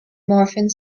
morphine